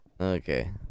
Okay